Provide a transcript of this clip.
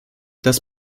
das